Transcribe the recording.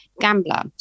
gambler